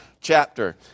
chapter